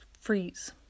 freeze